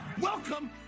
Welcome